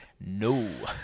no